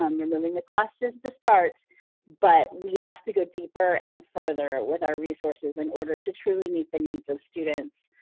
um removing the cost is the start but we have to go deeper and further with our resources in order to truly meet the needs of students